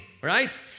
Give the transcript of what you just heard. Right